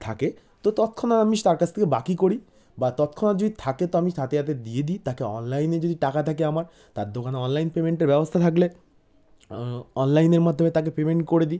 থাকে তো তৎক্ষণা আমি তার কাছ থেকে বাকি করি বা তৎক্ষণাৎ যদি থাকে তো আমি সাথে সাথে দিয়ে দিই তাকে অনলাইনে যদি টাকা থাকে আমার তার দোকানে অনলাইন পেমেন্টের ব্যবস্থা থাকলে অনলাইনের মাধ্যমে তাকে পেমেন্ট করে দিই